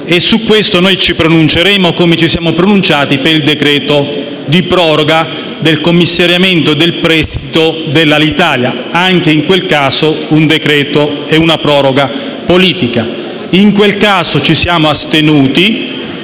e su questo noi ci pronunceremo come ci siamo pronunciati relativamente al decreto di proroga del commissariamento del prestito dell'Alitalia, anche in quel caso un decreto e una proroga politica. In quel caso però ci siamo astenuti